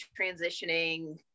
transitioning